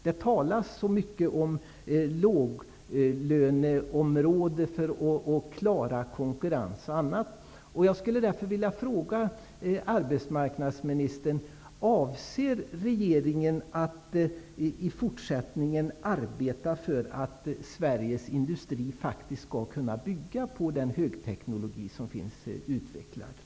Det talas så mycket om låglöneområde, för att klara konkurrens och annat.